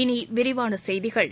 இனி விரிவான செய்திகள்